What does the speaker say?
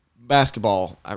basketball